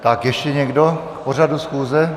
Tak ještě někdo k pořadu schůze?